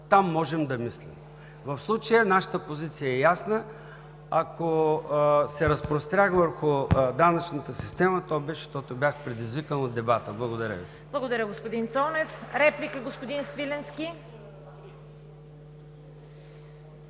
Там можем да мислим. В случая нашата позиция е ясна. Ако се разпрострях върху данъчната система, то беше, защото бях предизвикан от дебата. ПРЕДСЕДАТЕЛ ЦВЕТА КАРАЯНЧЕВА: Благодаря Ви, господин Цонев. Реплика – господин Свиленски.